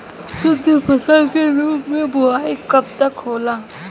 शुद्धफसल के रूप में बुआई कब तक होला?